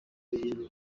gihari